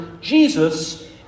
Jesus